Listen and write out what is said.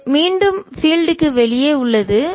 அது மீண்டும் பீல்டு க்கு வெளியே உள்ளது